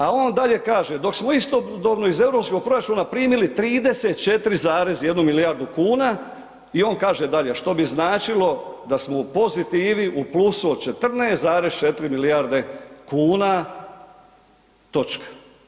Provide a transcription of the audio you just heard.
A on dalje kaže, dok smo istodobno iz EU proračuna primili 34,1 milijardu kuna i on kaže dalje, što bi značilo da smo u pozitivi, u plusu od 14,4 milijarde kuna, točka.